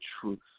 truth